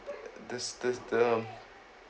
this this the um